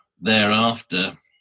thereafter